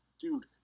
dude